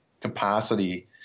capacity